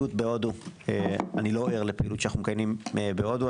פעילת בהודו אני לא ער לפעילות שאנחנו מקיימים בהודו.